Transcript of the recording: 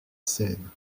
seine